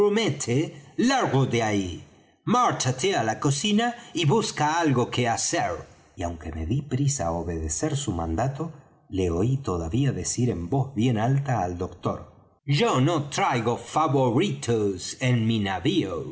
largo de ahí márchate á la cocina y busca algo que hacer y aunque me dí prisa á obedecer su mandato le oí todavía decir en voz bien alta al doctor yo no traigo favoritos en mi